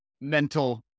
mental